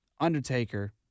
Undertaker